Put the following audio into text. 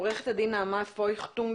עורכת הדין נעמה פויכטונגר,